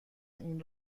این